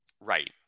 Right